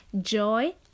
joy